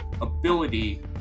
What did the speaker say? ability